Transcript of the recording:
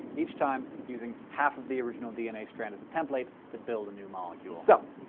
each time using half of the original dna strand as a template to build a new molecule. so,